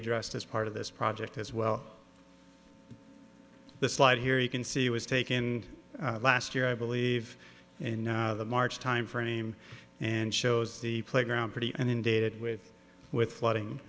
addressed as part of this project as well the slide here you can see was taken last year i believe in the march timeframe and shows the playground pretty and in dated with with flooding